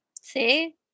See